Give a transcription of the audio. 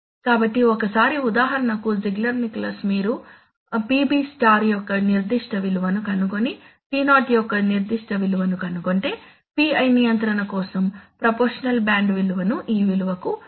కాబట్టి ఒకసారి ఉదాహరణకు జిగ్లెర్ నికోలస్ మీరు PB స్టార్ యొక్క నిర్దిష్ట విలువను కనుగొని T0 యొక్క నిర్దిష్ట విలువను కనుగొంటే PI నియంత్రణ కోసం ప్రపోర్షషనల్ బ్యాండ్ విలువను ఈ విలువకు 2